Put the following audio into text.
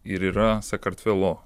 ir yra sakartvelo